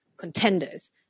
contenders